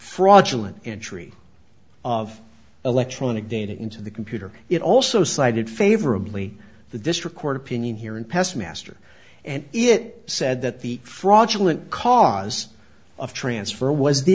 fraudulent entry of electronic data into the computer it also cited favorably the district court opinion here in pest master and it said that the fraudulent cause of transfer was the